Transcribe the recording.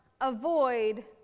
avoid